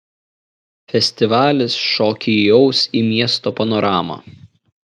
festivalis šokį įaus į miesto panoramą